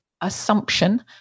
assumption